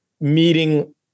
meeting